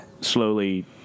slowly